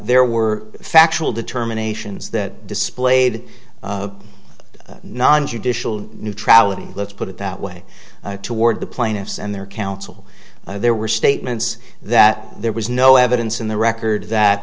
there were factual determination is that displayed non judicial neutrality let's put it that way toward the plaintiffs and their counsel there were statements that there was no evidence in the record that